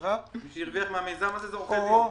אוהו,